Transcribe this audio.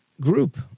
group